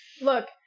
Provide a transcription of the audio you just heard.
Look